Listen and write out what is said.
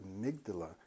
amygdala